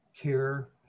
care